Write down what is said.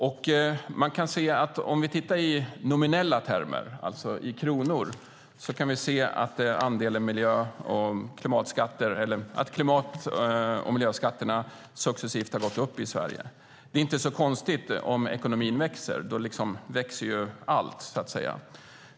Om vi tittar i nominella termer, alltså i kronor, kan vi se att miljö och klimatskatterna successivt har gått upp i Sverige. Om ekonomin växer är det inte så konstigt; då växer ju allt.